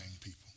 people